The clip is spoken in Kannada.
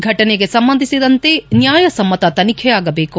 ಘಟನೆಗೆ ಸಂಬಂಧಿಸಿದಂತೆ ನ್ನಾಯ ಸಮ್ನತ ತನಿಖೆ ಆಗಬೇಕು